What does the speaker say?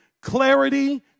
clarity